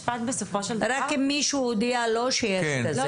רק אם מישהו הודיע לו שיש כזה.